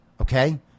okay